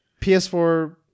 PS4